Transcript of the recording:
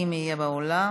אם יהיה באולם.